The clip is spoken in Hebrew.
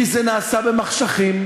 כי זה נעשה במחשכים,